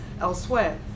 elsewhere